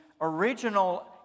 original